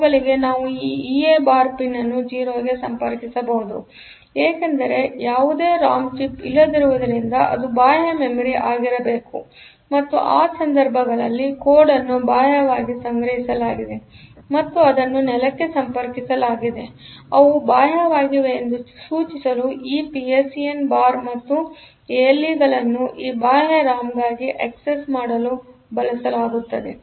ಅವುಗಳಿಗೆ ನಾವುಈ EA bar pin ಅನ್ನು 0 ಗೆ ಸಂಪರ್ಕಿಸಬಹುದು ಏಕೆಂದರೆ ಯಾವುದೇ ರಾಮ್ ಚಿಪ್ ಇಲ್ಲದಿರುವುದರಿಂದ ಅದು ಬಾಹ್ಯ ಮೆಮೊರಿ ಆಗಿರಬೇಕು ಮತ್ತು ಆ ಸಂದರ್ಭಗಳಲ್ಲಿ ಕೋಡ್ ಅನ್ನು ಬಾಹ್ಯವಾಗಿ ಸಂಗ್ರಹಿಸಲಾಗಿದೆ ಮತ್ತು ಅದನ್ನು ನೆಲಕ್ಕೆ ಸಂಪರ್ಕಿಸಲಾಗಿದೆ ಆದ್ದರಿಂದ ಅವು ಬಾಹ್ಯವಾಗಿವೆ ಎಂದು ಸೂಚಿಸಲುಈ ಪಿಎಸ್ಇಎನ್ ಬಾರ್ ಮತ್ತು ಎಎಲ್ಇ ಗಳನ್ನು ಈ ಬಾಹ್ಯ ರಾಮ್ಗಾಗಿ ಆಕ್ಸೆಸ್ ಮಾಡಲು ಬಳಸಲಾಗುತ್ತದೆ